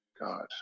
God